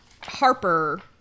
Harper